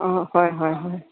অঁ হয় হয় হয়